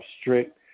strict